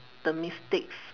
the mistakes